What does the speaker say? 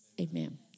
Amen